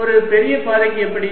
ஒரு பெரிய பாதைக்கு எப்படி